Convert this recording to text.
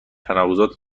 تناقضات